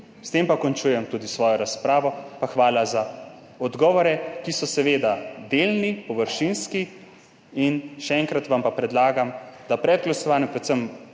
S tem končujem tudi svojo razpravo. Pa hvala za odgovore, ki so seveda delni, površinski. Še enkrat vam pa predlagam pred glasovanjem, predvsem